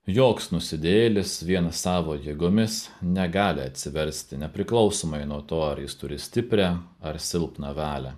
joks nusidėjėlis vien savo jėgomis negali atsiversti nepriklausomai nuo to ar jis turi stiprią ar silpną valią